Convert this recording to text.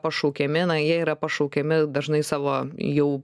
pašaukiami na jie yra pašaukiami dažnai savo jau